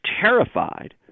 terrified